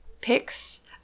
pics